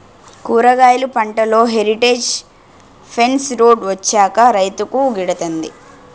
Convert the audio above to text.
కూరగాయలు పంటలో heritage fence road వచ్చాక రైతుకు గిడతంది